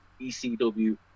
ECW